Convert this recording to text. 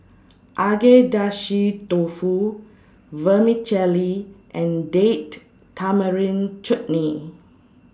Agedashi Dofu Vermicelli and Date Tamarind Chutney